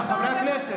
חבר הכנסת